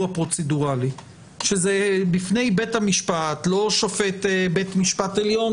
הפרוצדורלי שזה בפני בית המשפט - לא שופט בית משפט עליון